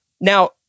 Now